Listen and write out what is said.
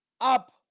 up